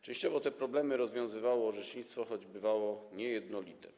Częściowo te problemy rozwiązywało orzecznictwo, choć bywało niejednolite.